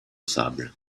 sable